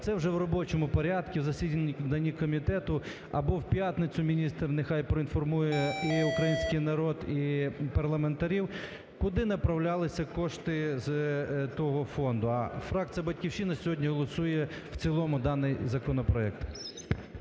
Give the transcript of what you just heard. це вже в робочому порядку в засіданні комітету або в п’ятницю міністр нехай проінформує і український народ, і парламентарів, куди направлялися кошти з того фонду. А фракція "Батьківщина" сьогодні голосує в цілому даний законопроект.